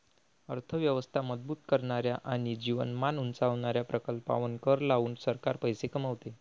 अर्थ व्यवस्था मजबूत करणाऱ्या आणि जीवनमान उंचावणाऱ्या प्रकल्पांवर कर लावून सरकार पैसे कमवते